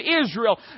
Israel